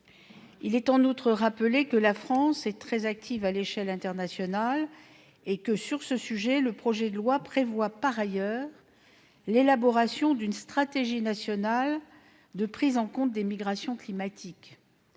même pays. Je rappelle que la France est très active à l'échelle internationale sur ce sujet. Par ailleurs, le projet de loi prévoit par ailleurs l'élaboration d'une stratégie nationale de prise en compte des migrations climatiques.